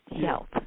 health